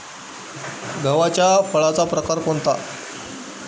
गव्हाच्या फळाचा प्रकार कोणता?